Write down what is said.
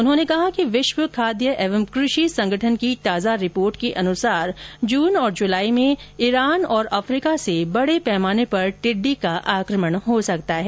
उन्होंने कहा कि विश्व खाद्य एवं कृषि संगठन की ताजा रिपोर्ट के अनुसार जून और जुलाई में ईरान और अफ्रीका से बड़े पैमाने पर टिड्डी का आक्रमण हो सकता है